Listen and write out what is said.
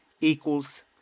equals